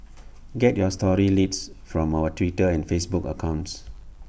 get your story leads from our Twitter and Facebook accounts